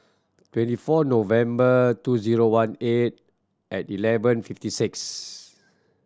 twenty four November two zero one eight at eleven fifty six